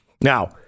now